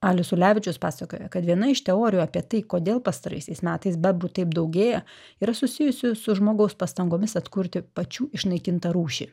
alius ulevičius pasakoja kad viena iš teorijų apie tai kodėl pastaraisiais metais bebrų taip daugėja yra susijusi su žmogaus pastangomis atkurti pačių išnaikintą rūšį